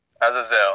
Azazel